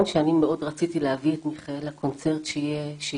שאנשים יראו איפה הם יכולים לבלות בחיפה,